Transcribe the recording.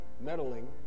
meddling